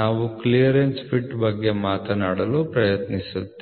ನಾವು clearance fit ಬಗ್ಗೆ ಮಾತನಾಡಲು ಪ್ರಯತ್ನಿಸುತ್ತೇವೆ